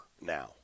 now